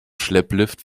schlepplift